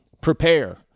Prepare